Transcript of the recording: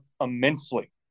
immensely